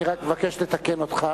אני רק מבקש לתקן אותך,